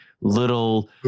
little